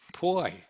boy